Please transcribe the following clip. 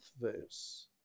verse